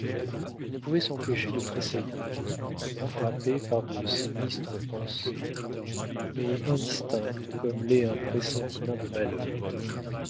elle ne pouvait s'empêcher de tressaillir frappée par de sinistres pensées mais indistinctes comme l'est un pressentiment de malheur